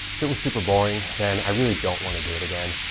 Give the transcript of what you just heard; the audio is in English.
if it was super boring then i really don't want to do it again.